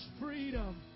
freedom